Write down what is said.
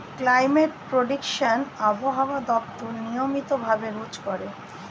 climate prediction আবহাওয়া দপ্তর নিয়মিত ভাবে রোজ করে